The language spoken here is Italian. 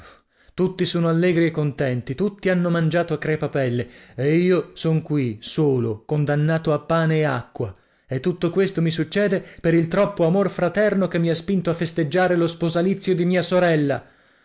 tutti sono allegri e contenti tutti hanno mangiato a crepapelle e io son qui solo condannato a pane e acqua e tutto questo mi succede per il troppo amor fraterno che mi ha spinto a festeggiare lo sposalizio di mia sorella